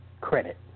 credit